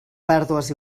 pèrdues